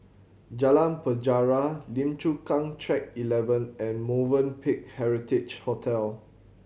Jalan Penjara Lim Chu Kang Track Eleven and Movenpick Heritage Hotel